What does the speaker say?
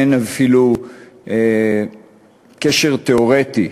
אין אפילו קשר תיאורטי.